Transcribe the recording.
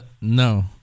no